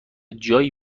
جایی